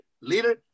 Leader